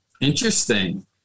Interesting